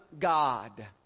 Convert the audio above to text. God